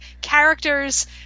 characters